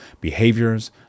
behaviors